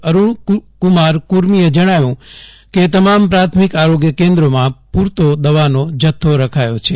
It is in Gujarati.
અરૂણકુમાર કુર્મીએ જણાવ્યું હતું કે તમામ પ્રાથમિક આરોગ્ય કેન્દ્રમાં પૂ રતો દવાનો જથ્થો રખાયો છે